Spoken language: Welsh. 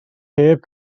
heb